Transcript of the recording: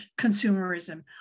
consumerism